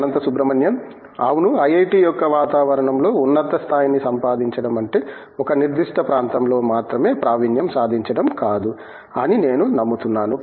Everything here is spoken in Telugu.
అనంత సుబ్రమణియన్ అవును ఐఐటి యొక్క వాతావరణంలో ఉన్నత స్థాయిని సంపాదించడం అంటే ఒక నిర్దిష్ట ప్రాంతంలో మాత్రమే ప్రావీణ్యం సాధించటం కాదు అని నేను నమ్ముతున్నాను